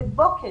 בבוקר,